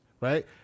right